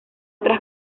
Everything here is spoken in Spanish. tras